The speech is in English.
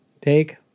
Take